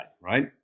right